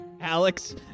Alex